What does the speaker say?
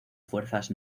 fuerzas